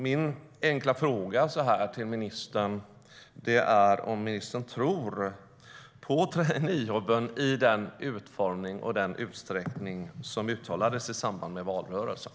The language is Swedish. Min enkla fråga till ministern är om ministern tror på traineejobben i den utformning och den utsträckning som uttalades i samband med valrörelsen.